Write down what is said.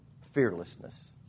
fearlessness